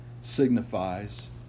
signifies